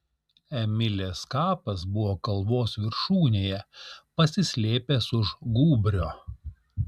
emilės kapas buvo kalvos viršūnėje pasislėpęs už gūbrio